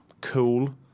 Cool